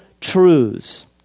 truths